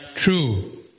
True